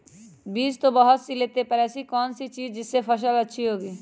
बीज तो बहुत सी लेते हैं पर ऐसी कौन सी बिज जिससे फसल अच्छी होगी?